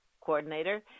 coordinator